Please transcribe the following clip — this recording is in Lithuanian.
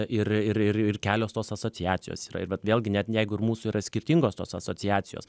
ir ir ir kelios tos asociacijos yra vat vėlgi net jeigu ir mūsų yra skirtingos tos asociacijos